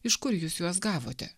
iš kur jūs juos gavote